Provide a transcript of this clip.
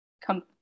come